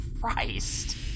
christ